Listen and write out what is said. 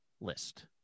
list